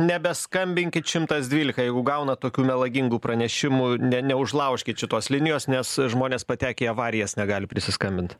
nebeskambinkit šimtas dvylika jeigu gaunat tokių melagingų pranešimų ne neužlaužkit šitos linijos nes žmonės patekę į avarijas negali prisiskambint